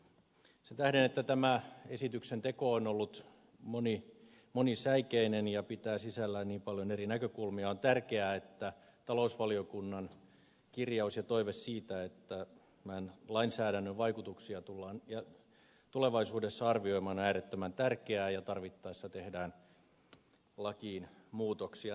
sen tähden että tämä esityksen teko on ollut monisäikeinen ja pitää sisällään niin paljon eri näkökulmia on äärettömän tärkeä tämä talousvaliokunnan kirjaus ja toive siitä että tämän lainsäädännön vaikutuksia tullaan tulevaisuudessa arvioimaan ja tarvittaessa tehdään lakiin muutoksia